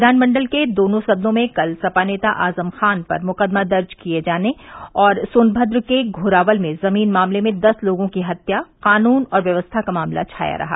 विधानमंडल के दोनों सदनों में कल सपा नेता आजम खां पर मुकदमा दर्ज कराये जाने और सोनभद्र के घोरावल में जमीन मामले में दस लोगों की हत्या कानून और व्यवस्था का मामला छाया रहा